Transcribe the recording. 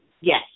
Yes